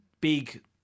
big